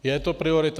Je to priorita?